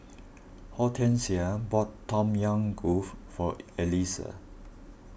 Hortensia bought Tom Yam Goong for Elisa